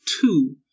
two